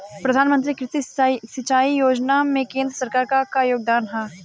प्रधानमंत्री कृषि सिंचाई योजना में केंद्र सरकार क का योगदान ह?